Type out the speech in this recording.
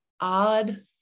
odd